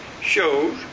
shows